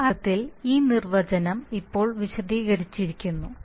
ആ അർത്ഥത്തിൽ ഈ നിർവചനം ഇപ്പോൾ വിശദീകരിച്ചിരിക്കുന്നു